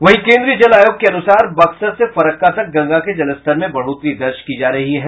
वहीं केंद्रीय जल आयोग के अनुसार बक्सर से फरक्का तक गंगा के जलस्तर में बढ़ोतरी दर्ज की जा रही है